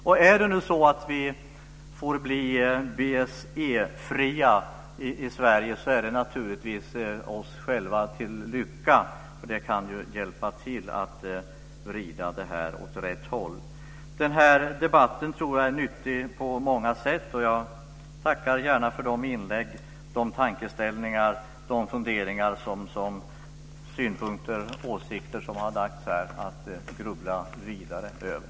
Om vi nu får förbli BSE-fria i Sverige är det naturligtvis oss själva till lycka, för det kan hjälpa till att vrida utvecklingen åt rätt håll. Jag tror att den här debatten är nyttig på många sätt, och jag tackar för de inlägg, tankeställare, funderingar, synpunkter och åsikter som har lagts här som vi får grubbla vidare över.